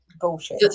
bullshit